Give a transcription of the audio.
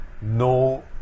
no